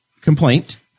complaint